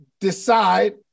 decide